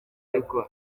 ariko